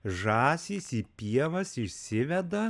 žąsys į pievas išsiveda